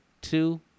two